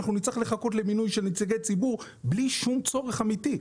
אנחנו נצטרך לחכות למינוי של נציגי ציבור בלי שום צורך אמיתי.